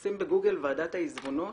כשמחפשים בגוגל ועדת העיזבונות